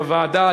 בוועדה,